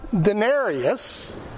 denarius